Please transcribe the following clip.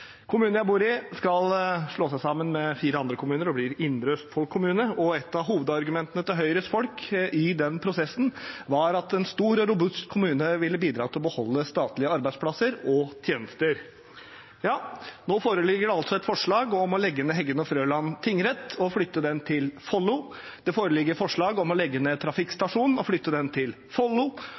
jeg bor i, skal slå seg sammen med fire andre kommuner og bli Indre Østfold kommune. Et av hovedargumentene fra Høyres folk i den prosessen var at en stor og robust kommune ville bidra til å beholde statlige arbeidsplasser og tjenester. Nå foreligger det altså et forslag om legge ned Heggen og Frøland tingrett og flytte den til Follo. Det foreligger forslag om å legge ned trafikkstasjonen og flytte den til Follo,